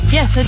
Yes